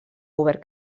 govern